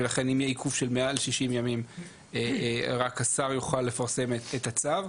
ולכן אם יהיה עיכוב של מעל 60 ימים רק השר יוכל לפרסם את הצו.